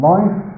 Life